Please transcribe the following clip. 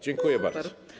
Dziękuję bardzo.